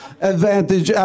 Advantage